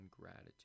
gratitude